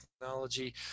technology